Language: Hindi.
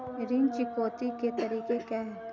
ऋण चुकौती के तरीके क्या हैं?